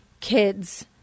kids